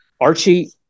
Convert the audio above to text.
Archie